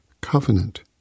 covenant